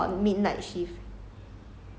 a eight to five job